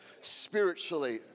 spiritually